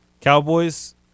Cowboys